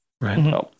Right